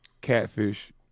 catfish